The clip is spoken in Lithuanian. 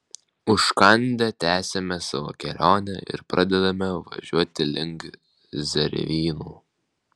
užkandę tęsiame savo kelionę ir pradedame važiuoti link zervynų